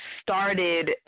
started